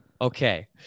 Okay